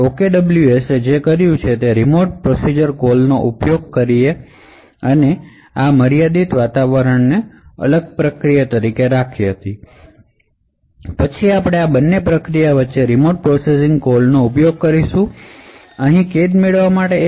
OKWS માં જે કર્યું તે રિમોટ પ્રોસીસીંગ કોલ્સનો ઉપયોગ કરીને આપણે શું કરીશું કે આપણે આ મર્યાદિત વિસ્તારને એક સંપૂર્ણપણે અલગ પ્રોસેસ તરીકે રાખીશું અને પછી આપણે આ બંને પ્રોસેસ વચ્ચેના રિમોટ પ્રોસેસિંગ કોલ્સનો ઉપયોગ કોનફીનમેંટ મેળવવા માટે કરીશું